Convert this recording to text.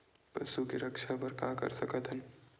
पशु के रक्षा बर का कर सकत हन?